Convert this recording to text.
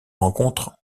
rencontre